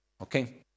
Okay